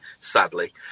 sadly